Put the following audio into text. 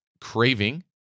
craving